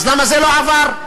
למה זה לא עבר?